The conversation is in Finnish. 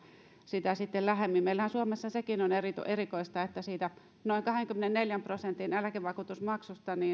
sitä sitten lähemmin meillähän suomessa sekin on erikoista että siitä noin kahdenkymmenenneljän prosentin eläkevakuutusmaksusta